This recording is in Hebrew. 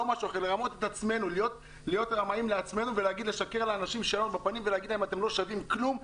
להיות רמאים לעצמנו ולשקר לאנשים בפנים ולהגיד שהם לא שווים כלום,